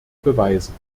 beweisen